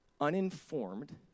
uninformed